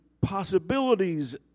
possibilities